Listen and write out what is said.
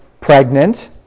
pregnant